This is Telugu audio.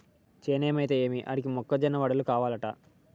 చేనేమైతే ఏమి ఆడికి మొక్క జొన్న వడలు కావలంట